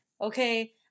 okay